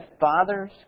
Fathers